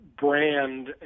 brand